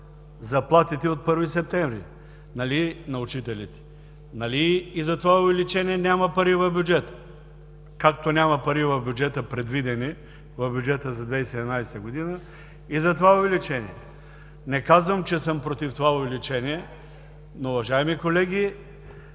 заплатите от 1 септември на учителите? Нали и за това увеличение няма пари в бюджета, както няма предвидени пари в бюджета за 2017 г. и за това увеличение? Не казвам, че съм против това увеличение, но, уважаеми колеги,